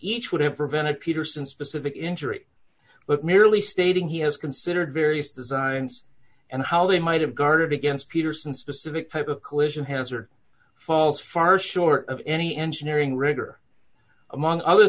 each would have prevented peterson specific injury but merely stating he has considered various designs and how they might have guarded against peterson specific type of collision hazard falls far short of any engineering rigor among other